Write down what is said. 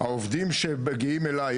העובדים שמגיעים אליי,